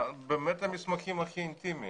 באמת המסמכים הכי אינטימיים.